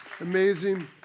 amazing